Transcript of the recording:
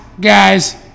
Guys